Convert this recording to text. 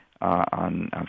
on